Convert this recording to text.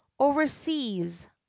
overseas